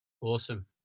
Awesome